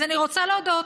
אז אני רוצה להודות,